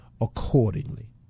accordingly